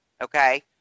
okay